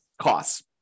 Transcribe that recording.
costs